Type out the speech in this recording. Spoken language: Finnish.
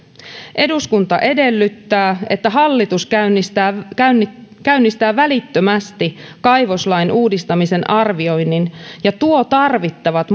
eduskunta edellyttää että hallitus käynnistää käynnistää välittömästi kaivoslain uudistamisen arvioinnin ja tuo tarvittavat